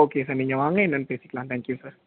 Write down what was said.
okay sir நீங்கள் வாங்க என்னனு பேசிக்கலாம் தேங்க் யூ சார்